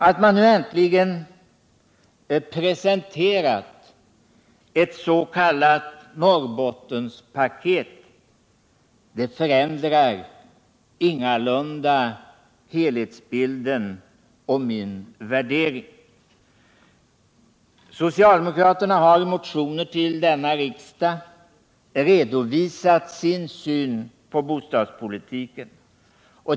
Att man nu äntligen presenterat ett s.k. Norrbottenspaket förändrar ingalunda helhetsbilden och min värdering. Socialdemokraterna har i motioner till denna riksdag redovisat sin syn på bostadspolitiken.